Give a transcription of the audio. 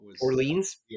Orleans